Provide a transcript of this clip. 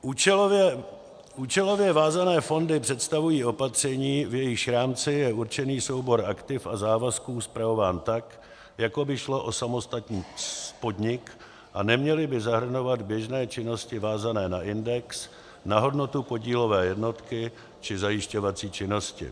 Účelově vázané fondy představují opatření, v jejichž rámci je určený soubor aktiv a závazků spravován tak, jako by šlo o samostatný podnik, a neměly by zahrnovat běžné činnosti vázané na index, na hodnotu podílové jednotky či zajišťovací činnosti.